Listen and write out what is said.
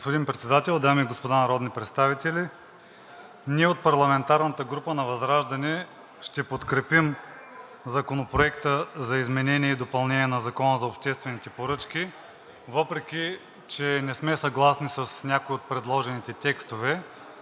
Господин Председател, дами и господа народни представители! Ние от парламентарната група на ВЪЗРАЖДАНЕ ще подкрепим Законопроекта за изменение допълнение на Закона за обществените поръчки, въпреки че не сме съгласни с някои от предложените текстове,